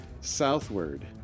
southward